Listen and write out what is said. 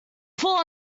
fall